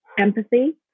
empathy